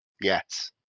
Yes